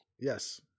Yes